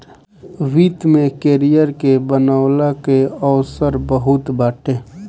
वित्त में करियर के बनवला के अवसर बहुते बाटे